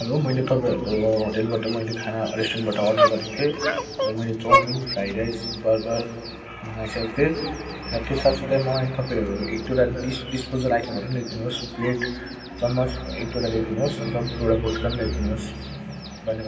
hello मैले तपाईँहरूको होटेलबाट मैले खाना रेस्टुरेन्टबाट अडर गरेको थिएँ र मैले चौमिन फ्राई राइस बर्गर मगाइसकेको थिएँ त्यो साथ साथै मैले तपाँईहरूको एक दुइवटा डिसपोजल आइटमहरू ल्याइदिनु होस् प्लेट चमच एक दुइवटा ल्याइदिनु होस् अन्त एक दुइवटा बटुका नि ल्याइदिनु होस् धन्यवाद